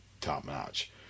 top-notch